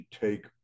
take